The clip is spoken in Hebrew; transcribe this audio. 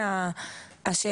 לא לא שאלתי שאלה.